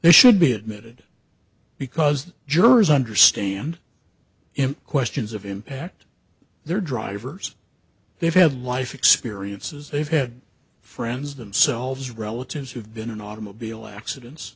they should be admitted because jurors understand him questions of impact their drivers they've had life experiences they've had friends themselves relatives who've been an automobile accidents